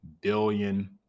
billion